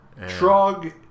Trog